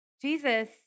Jesus